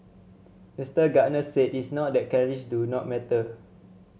Mister Gardner said it's not that calories do not matter